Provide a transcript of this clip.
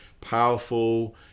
powerful